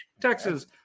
Texas